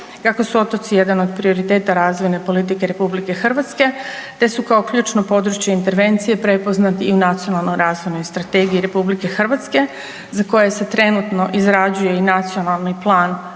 kako su otoci jedan od prioriteta razvojne politike RH te su kao ključno područje intervencije prepoznati i u Nacionalnoj razvojnoj strategiji RH za koje se trenutno izrađuje i nacionalni plan